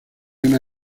una